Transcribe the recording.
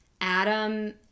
Adam